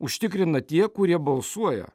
užtikrina tie kurie balsuoja